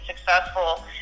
successful